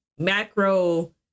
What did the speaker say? macro